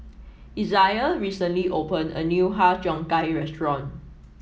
Isiah recently opened a new Har Cheong Gai restaurant